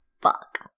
fuck